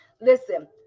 Listen